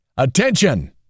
Attention